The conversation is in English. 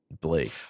Blake